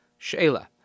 Shayla